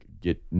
get